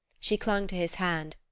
she clung to his hand,